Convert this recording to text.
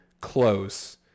close